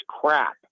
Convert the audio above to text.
crap